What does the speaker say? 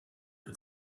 que